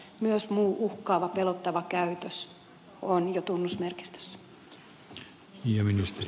myös muu uhkaava pelottava käytös on jo tunnusmerkistössä